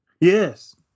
Yes